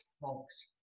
folks